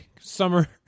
summer